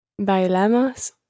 Bailamos